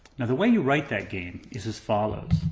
now the way you write that game is as follows.